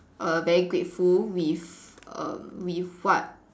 err very grateful with err with what